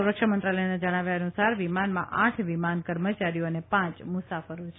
સંરક્ષણ મંત્રાલયના જણાવ્યા અનુસાર વિમાનમાં આઠ વિમાન કર્મચારીઓ અને પાંચ મુસાફરો છે